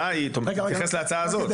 תתייחס להצעה הזאת.